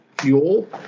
fuel